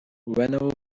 whenever